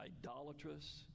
idolatrous